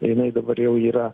jinai dabar jau yra